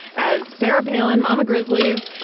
as sarah palin, momma grizzlies.